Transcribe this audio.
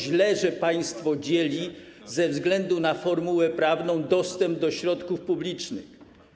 Źle, że państwo dzieli ze względu na formułę prawną dostęp do środków publicznych.